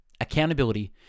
Accountability